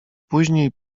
później